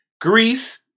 Greece